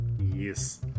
Yes